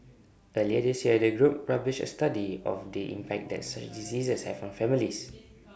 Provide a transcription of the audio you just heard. earlier this year the group published A study of the impact that such diseases have on families